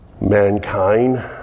mankind